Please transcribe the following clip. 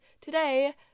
today